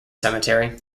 cemetery